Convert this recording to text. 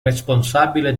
responsabile